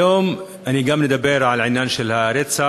היום אני מדבר על העניין של הרצח,